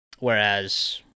Whereas